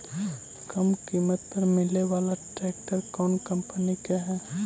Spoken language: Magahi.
कम किमत पर मिले बाला ट्रैक्टर कौन कंपनी के है?